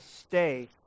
stay